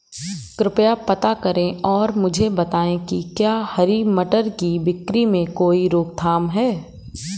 कृपया पता करें और मुझे बताएं कि क्या हरी मटर की बिक्री में कोई रोकथाम है?